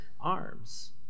arms